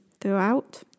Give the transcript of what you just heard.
throughout